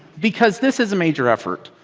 because this is a major effort.